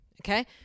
okay